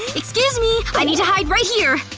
excuse me, i need to hide right here